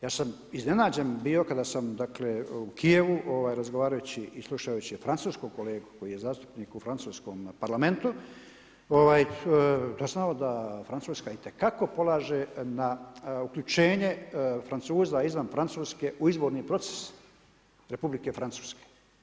Ja sam iznenađen bio kada sam dakle u Kijevu razgovarajući i slušajući francuskog kolegu koji je zastupnik u francuskom Parlamentu doznao da Francuska itekako polaže na uključenje Francuza izvan Francuske u izborni proces Republike Francuske.